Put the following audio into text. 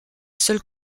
seule